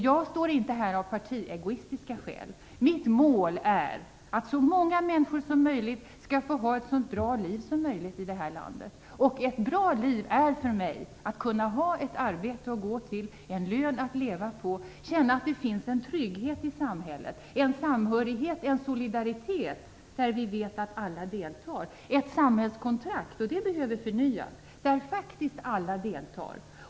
Jag står inte här av partiegoistiska skäl. Mitt mål är att så många människor som möjligt här i landet skall få ha ett så bra liv som möjligt. Ett bra liv är för mig att kunna ha ett arbete att gå till, en lön att leva på, känna att det finns en trygghet i samhället, en samhörighet och en solidaritet, där vi vet att alla deltar. Det handlar om ett samhällskontrakt - och det behöver förnyas - där faktiskt alla deltar.